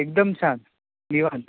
एकदम छान निवांत